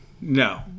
No